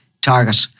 target